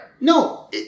No